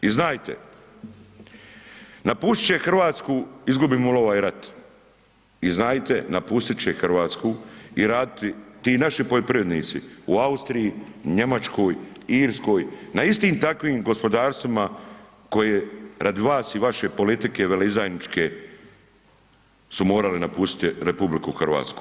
I znajte, napustit će Hrvatsku izgubimo li ovaj rat i znajte napustit će Hrvatsku i raditi, ti naši poljoprivrednici u Austriji, Njemačkoj, Irskim na istim takvim gospodarstvima koje radi vas i vaše politike veleizdajničke su morali napustiti RH.